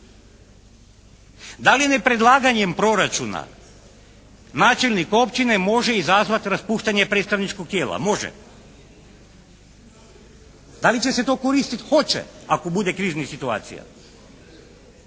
Da li nepredlaganjem proračuna načelnik općine može izazvati raspuštanje predstavničkog tijela? Može? Da li će se to koristiti? Hoće, ako bude kriznih situacija.